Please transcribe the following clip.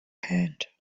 hand